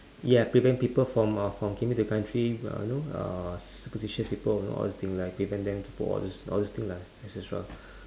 ya prevent people from uh from uh came in the country uh you know uh superstitious people you know all this thing like prevent them to put all those all those thing lah etcetra